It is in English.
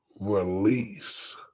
release